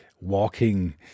walking